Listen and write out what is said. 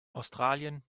australien